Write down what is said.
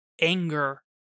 anger